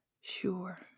Sure